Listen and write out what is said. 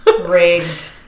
rigged